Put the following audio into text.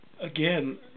again